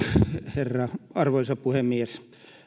arvoisa herra puhemies